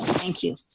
thank you